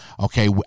Okay